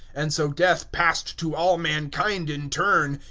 and so death passed to all mankind in turn,